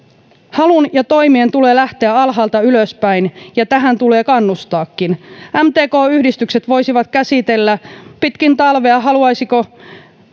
halun ja toimien tulee lähteä alhaalta ylöspäin ja tähän tulee kannustaakin mtk yhdistykset voisivat käsitellä pitkin talvea haluaisivatko ne